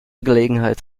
gelegenheit